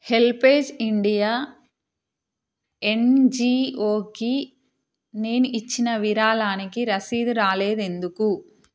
HelpAge India ఎన్జీఓకి నేను ఇచ్చిన విరాళానికి రసీదు రాలేదెందుకు